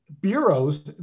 bureaus